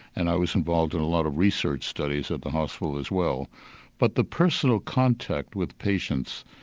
and i was involved in a lot of research studies at the hospital as well but the personal contact with patients,